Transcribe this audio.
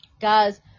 guys